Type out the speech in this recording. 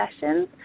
sessions